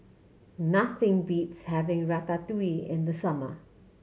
nothing beats having Ratatouille in the summer